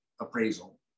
appraisal